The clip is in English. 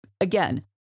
again